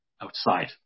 outside